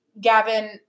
Gavin